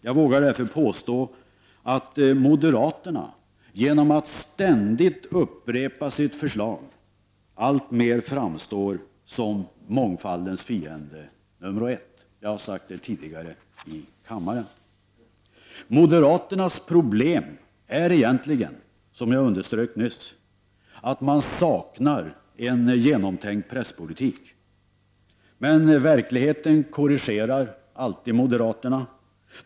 Jag vågar därför påstå att moderaterna genom att ständigt upprepa sitt förslag alltmer framstår som mångfaldens fiende nr I. Jag har sagt det tidigare i kammaren. Moderaternas problem är egentligen, som jag underströk nyss, att man saknar en genomtänkt presspolitik. Verkligheten korrigerar alltid moderaterna.